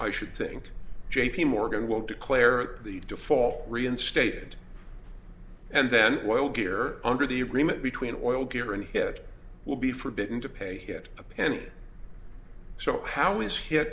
i should think j p morgan will declare the need to fall reinstated and then while gear under the agreement between oil gear and it will be forbidden to pay it a penny so how is he